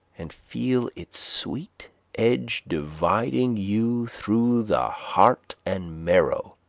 and feel its sweet edge dividing you through the heart and marrow,